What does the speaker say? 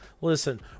listen